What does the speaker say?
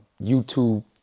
YouTube